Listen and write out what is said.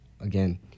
again